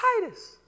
Titus